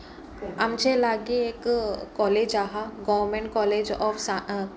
आमचे लागीं एक कॉलेज आसा गोव्हर्मेंट कॉलेज ऑफ